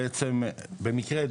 במקרה,